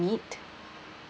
meat